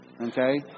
Okay